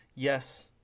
Yes